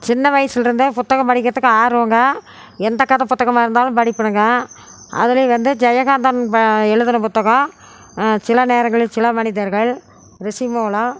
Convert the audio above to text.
சின்ன வயசில் இருந்து புத்தகம் படிக்கிறதுக்கு ஆர்வம்ங்க எந்த கதை புத்தகமாக இருந்தாலும் படிப்பேனுங்க அதுலேயும் வந்து ஜெயகாந்தன் எழுதின புத்தகம் சில நேரங்களில் சில மனிதர்கள் ரிஷிமோனா